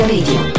Radio